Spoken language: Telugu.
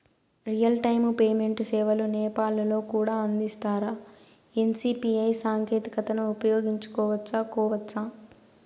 రియల్ టైము పేమెంట్ సేవలు నేపాల్ లో కూడా అందిస్తారా? ఎన్.సి.పి.ఐ సాంకేతికతను ఉపయోగించుకోవచ్చా కోవచ్చా?